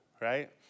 right